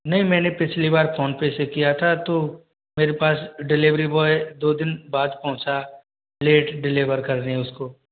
नहीं मैंने पिछली बार फ़ोन पे से किया था तो मेरे पास डिलिवरी बॉय दो दिन बाद पहुँचा लेट डिलिवर करने उसको